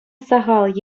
сахал